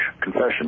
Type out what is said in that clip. confession